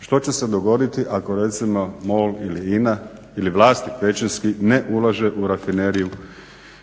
Što će se dogoditi, ako recimo MOL ili INA, ili vlasnik većinski ne ulaže u rafineriju